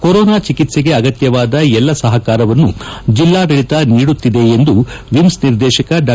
corona ಚಿಕಿತ್ಸೆಗೆ ಅಗತ್ಯವಾದ ಎಲ್ಲಾ ಸಹಕಾರವನ್ನು ಜಿಲ್ಲಾಡಳಿತ ನೀಡುತ್ತಿದೆ ಎಂದು ವಿಮ್ಲ್ ನಿರ್ದೇಶಕ ಡಾ